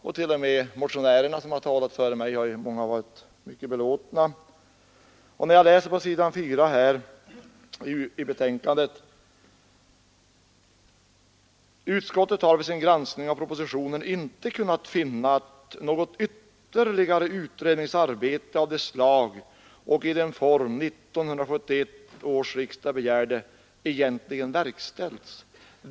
Ett flertal av motionärerna, som har talat här före mig, har också varit mycket belåtna. På s. 4 i utskottets betänkande står det bl.a.: ”Utskottet har vid sin granskning av propositionen inte kunnat finna att något ytterligare utredningsarbete av det slag och i den form 1971 års riksdag begärde egentligen verkställts.